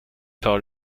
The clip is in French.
par